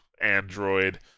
Android